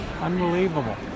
Unbelievable